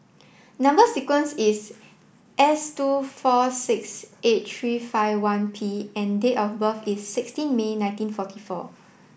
number sequence is S two four six eight three five one P and date of birth is sixteen May nineteen forty four